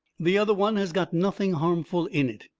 the other one has got nothing harmful in it.